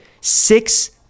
six